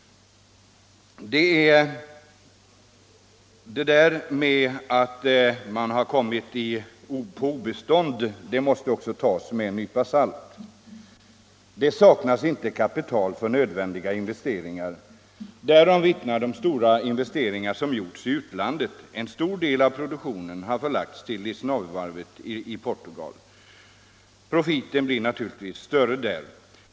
Det där med att varvet har kommit på obestånd måste också tas med en nypa salt. Det saknas inte kapital för nödvändiga investeringar — därom vittnar de stora investeringar som gjorts i utlandet. En stor del av produktionen har förlagts till Lissnavevarvet i Portugal. Profiten blir naturligtvis större där.